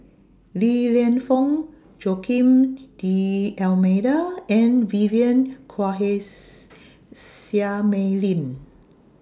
Li Lienfung Joaquim D'almeida and Vivien Quahe's Seah Mei Lin